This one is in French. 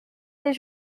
les